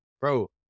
Bro